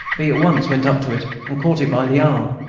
b. at once went up to it, and caught it by the arm.